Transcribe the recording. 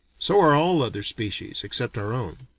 so are all other species except our own.